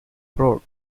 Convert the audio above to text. road